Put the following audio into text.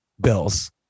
Bills